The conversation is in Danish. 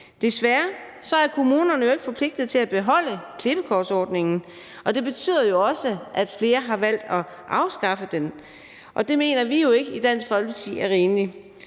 Desværre er kommunerne ikke forpligtet til at beholde klippekortordningen, og det betyder også, at flere har valgt at afskaffe den. Det mener vi i Dansk Folkeparti ikke er